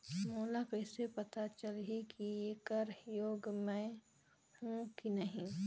मोला कइसे पता चलही की येकर योग्य मैं हों की नहीं?